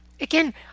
again